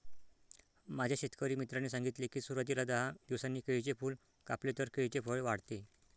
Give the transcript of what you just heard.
माझ्या शेतकरी मित्राने सांगितले की, सुरवातीला दहा दिवसांनी केळीचे फूल कापले तर केळीचे फळ वाढते